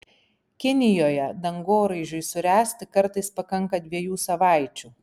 kinijoje dangoraižiui suręsti kartais pakanka dviejų savaičių